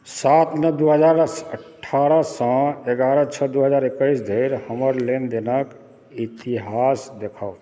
सात नओ दू हजार अठारह सँ एगारह छओ दू हजार एकैस धरि हमर लेनदेनक इतिहास देखाउ